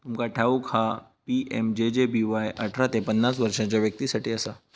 तुमका ठाऊक हा पी.एम.जे.जे.बी.वाय अठरा ते पन्नास वर्षाच्या व्यक्तीं साठी असा